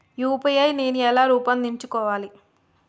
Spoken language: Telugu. యూ.పీ.ఐ నేను ఎలా రూపొందించుకోవాలి?